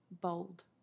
bold